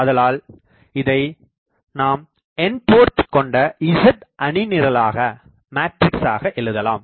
ஆதலால் இதை நாம் N போர்ட் கொண்ட Z அணிநிரலாக எழுதலாம்